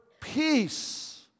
peace